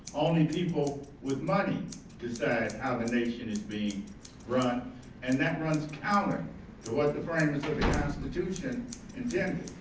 only people with money decide how the nation is being run and that runs counter to what the framers of the constitution intended.